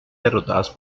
derrotados